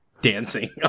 dancing